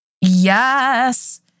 Yes